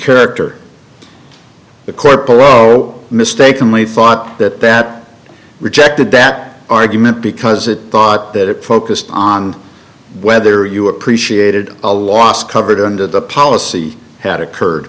character the corporate mistakenly thought that that rejected that argument because it thought that it focused on whether you appreciated a loss covered under the policy had occurred